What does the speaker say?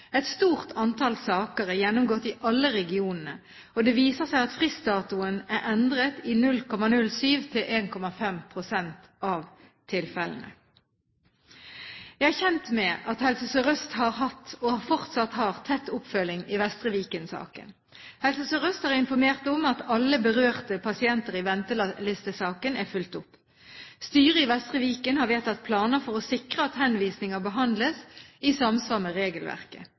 Et stort antall saker er gjennomgått i alle regionene, og det viser seg at fristdatoen er endret i 0,07–1,5 pst. av tilfellene. Jeg er kjent med at Helse Sør-Øst har hatt og fortsatt har tett oppfølging i Vestre Viken-saken. Helse Sør-Øst har informert meg om at alle berørte pasienter i ventelistesaken er fulgt opp. Styret i Vestre Viken har vedtatt planer for å sikre at henvisninger behandles i samsvar med regelverket.